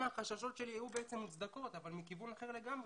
החששות שלי היו מוצדקים מכיוון אחר לגמרי.